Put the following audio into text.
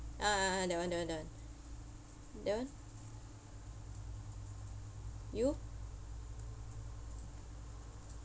ah ah ah that [one] that [one] that [one] that [one] you